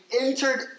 entered